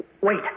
Wait